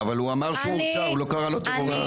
אבל הוא אמר שהוא הורשע, הוא לא קרא לו טרוריסט.